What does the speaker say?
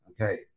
okay